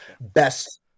best